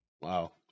Wow